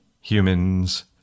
humans